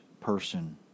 person